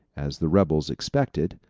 as the rebels expected,